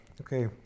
Okay